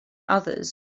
others